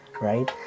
right